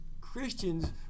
Christians